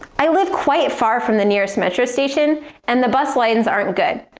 i live quite far from the nearest metro station and the bus lines aren't good,